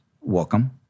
welcome